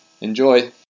Enjoy